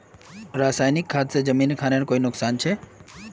रासायनिक खाद से जमीन खानेर कोई नुकसान छे?